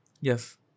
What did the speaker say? Yes